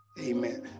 Amen